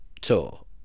tour